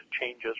changes